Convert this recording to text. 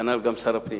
כנ"ל גם שר הפנים,